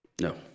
No